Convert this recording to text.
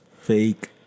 Fake